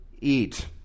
eat